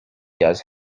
does